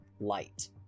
light